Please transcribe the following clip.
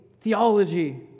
theology